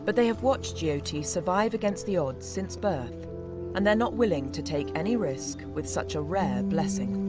but they have watched jyoti survive against the odds since birth and they're not willing to take any risk with such a rare blessing.